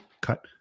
cut